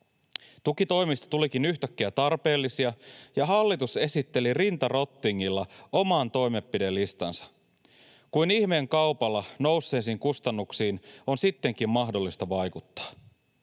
Tukitoimista tulikin yhtäkkiä tarpeellisia, ja hallitus esitteli rinta rottingilla oman toimenpidelistansa — kuin ihmeen kaupalla nousseisiin kustannuksiin on sittenkin mahdollista vaikuttaa.